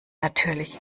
natürlich